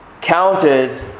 counted